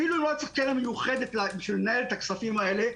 אפילו לא היה צריך קרן מיוחדת כדי לנהל את הכספים האלה,